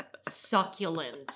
succulent